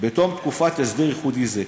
בתום תקופת הסדר ייחודי זה,